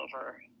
over